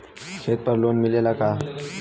खेत पर लोन मिलेला का?